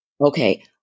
Okay